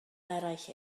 eraill